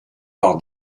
par